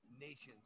Nations